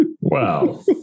Wow